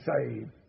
saved